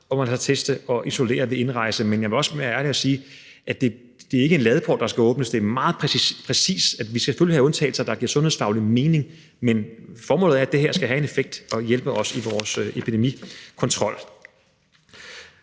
om at lade sig teste og isolere ved indrejse. Men jeg må også være ærlig og sige, at det ikke er en ladeport, der skal åbnes. Det er meget præcist. Vi skal selvfølgelig have undtagelser, der giver sundhedsfaglig mening, men formålet er, at det her skal have en effekt og hjælpe os i vores epidemikontrol.